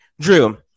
Drew